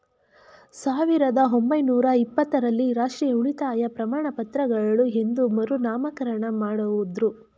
ಸಾವಿರದ ಒಂಬೈನೂರ ಇಪ್ಪತ್ತ ರಲ್ಲಿ ರಾಷ್ಟ್ರೀಯ ಉಳಿತಾಯ ಪ್ರಮಾಣಪತ್ರಗಳು ಎಂದು ಮರುನಾಮಕರಣ ಮಾಡುದ್ರು